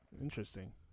Interesting